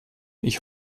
ich